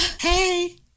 hey